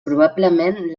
probablement